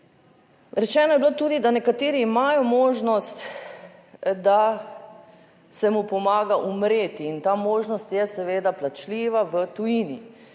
rečeno je bilo tudi, da nekateri imajo možnost, da se mu pomaga umreti in ta možnost je seveda plačljiva v tujini